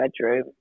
bedroom